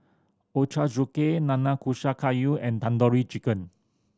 Ochazuke Nanakusa Gayu and Tandoori Chicken